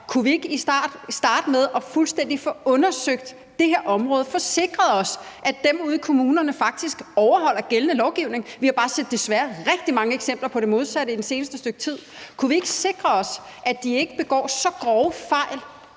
kunne vi ikke starte med fuldstændig at få undersøgt det her område, få sikret os, at dem ude i kommunerne faktisk overholder gældende lovgivning? Vi har desværre bare set rigtig mange eksempler på det modsatte i det seneste stykke tid. Kunne vi ikke sikre os, at de ikke begår så grove fejl,